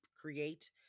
create